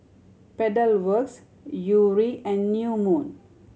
Pedal Works Yuri and New Moon